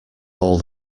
all